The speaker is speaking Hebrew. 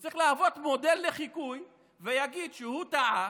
הוא צריך להוות מודל לחיקוי ולהגיד שהוא טעה.